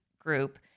group